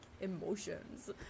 emotions